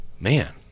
man